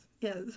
yes